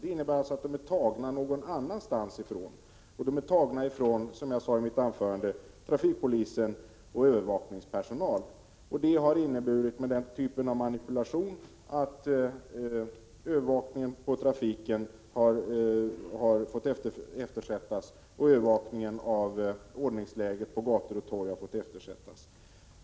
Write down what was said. Det innebär att de tas någon annanstans, nämligen från trafikpolisen och övervakningspersonal, som jag sade i mitt anförande. Denna typ av manipulation innebär att övervakningen av trafiken och av ordningen på gator och torg blir eftersatt.